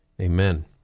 Amen